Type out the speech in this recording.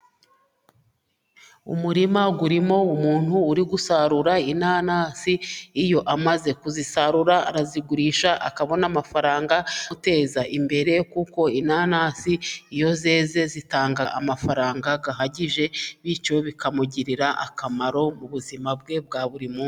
Umurima urimo umuntu uri gusarura inanasi, iyo amaze kuzisarura arazigurisha akabona amafaranga yo guteza imbere, kuko inanasi iyo zeze zitanga amafaranga ahagije, bityo bikamugirira akamaro mu buzima bwe bwa buri munsi.